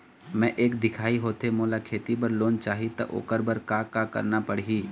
मैं एक दिखाही होथे मोला खेती बर लोन चाही त ओकर बर का का करना पड़ही?